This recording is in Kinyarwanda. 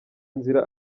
nzira